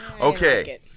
Okay